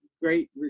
great